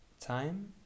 time